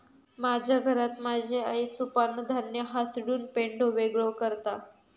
माझ्या घरात माझी आई सुपानं धान्य हासडून पेंढो वेगळो करता